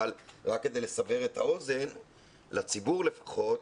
אבל רק כדי לסבר את האוזן לציבור לפחות,